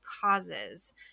causes